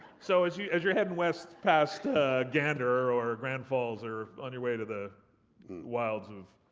so as your as your heading west, past gander or grand falls or on your way to the wilds of